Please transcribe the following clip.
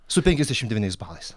su penkiasdešimt devyniais balais